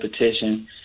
repetition